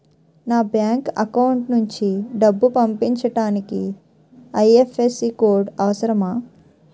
నా bank account నుంచి డబ్బు పంపించడానికి ఐ.ఎఫ్.ఎస్.సి కోడ్ అవసరమా?